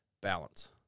balance